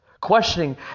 questioning